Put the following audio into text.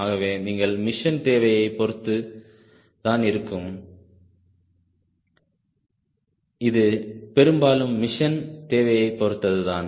ஆகவே இது மிஷன் தேவையை பொறுத்து தான் இருக்கும் இது பெரும்பாலும் மிஷன் தேவையைப் பொறுத்தது தான்